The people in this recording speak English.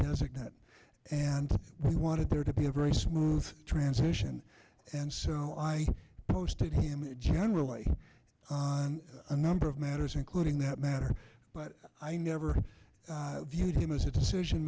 designate and he wanted there to be a very smooth transition and so i posted him generally a number of matters including that matter but i never viewed him as a decision